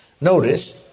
Notice